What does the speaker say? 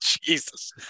jesus